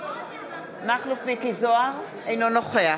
אינו נוכח